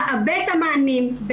נעבה את המענים,